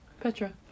petra